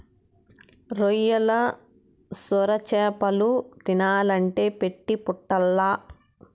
రొయ్యలు, సొరచేపలు తినాలంటే పెట్టి పుట్టాల్ల